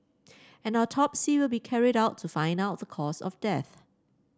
an autopsy will be carried out to find out the cause of death